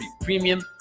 premium